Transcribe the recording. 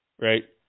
Right